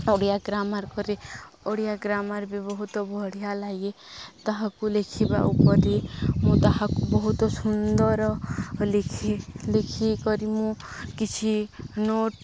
Odia grammar କରି Odia grammar ବି ବହୁତ ବଢ଼ିଆ ଲାଗେ ତାହାକୁ ଲେଖିବା ପରେ ମୁଁ ତାହାକୁ ବହୁତ ସୁନ୍ଦର ଲେଖି ଲେଖିକରି ମୁଁ କିଛି ନୋଟ୍